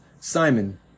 Simon